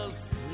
sweet